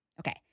Okay